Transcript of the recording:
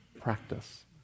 practice